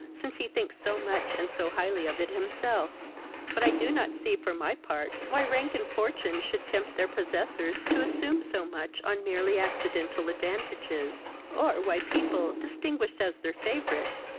since he thinks so much and so highly of it himself but i do not see, for my part, why rank and fortune should tempt their possessors to assume so much on merely accidental advantages or why people, distinguished as their favourites,